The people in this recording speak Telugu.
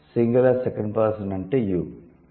'సింగులర్ సెకండ్ పర్సన్' అంటే 'యు'